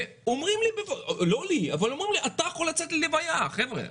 ואומרים לי: אתה יכול לצאת ללוויה חבר'ה,